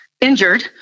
injured